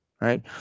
right